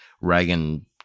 Reagan